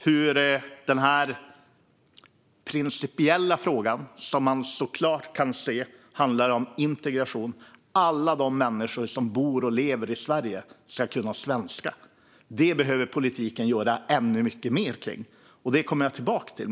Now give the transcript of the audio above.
I den principiella fråga som man såklart kan se handlar om integration - att alla de människor som bor och lever i Sverige ska kunna svenska - behöver politiken göra ännu mycket mer. Detta kommer jag tillbaka till.